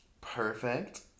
Perfect